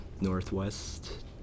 northwest